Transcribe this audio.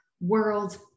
world